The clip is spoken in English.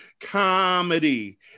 comedy